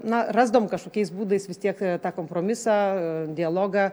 na rasdavom kažkokiais būdais vis tiek tą kompromisą dialogą